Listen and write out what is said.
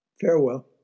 Farewell